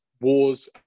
wars